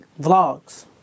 vlogs